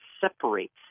separates